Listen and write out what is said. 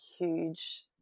huge